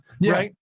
right